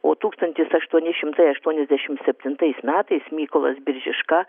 o tūkstantis aštuoni šimtai aštuoniasdešimt septintais metais mykolas biržiška